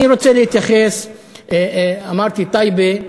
אני רוצה להתייחס, אמרתי טייבה.